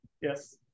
yes